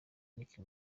nicky